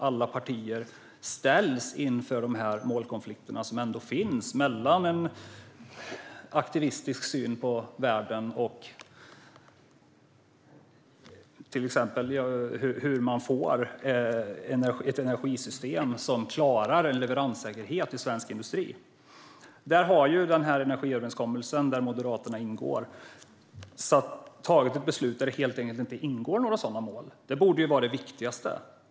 Alla partier ställs inför de målkonflikter som ändå finns mellan en aktivistisk syn på världen och till exempel hur man får ett energisystem som klarar leveranssäkerheten i svensk industri. Där har det inom ramen för energiöverenskommelsen, där Moderaterna ingår, tagits ett beslut där det helt enkelt inte ingår några sådana mål. Det borde ju vara det viktigaste.